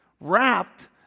wrapped